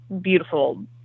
beautiful